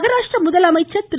மகாராஷ்ட்ர முதலமைச்சர் திரு